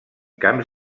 camps